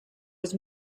was